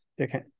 Okay